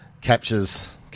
captures